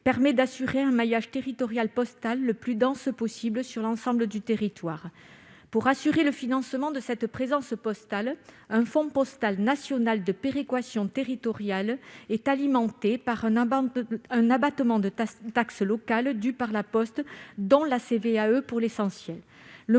permet d'assurer un maillage territorial postal le plus dense possible sur l'ensemble du territoire. Pour assurer le financement de cette présence postale, un Fonds postal national de péréquation territoriale est alimenté par un abattement sur la taxe locale due par La Poste, touchant essentiellement la